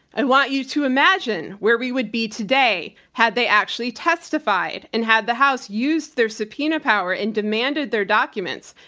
i want you to imagine where we would be today had they actually testified, and had the house used their subpoena power and demanded their documents,